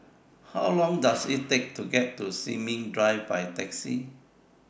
How Long Does IT Take to get to Sin Ming Drive By Taxi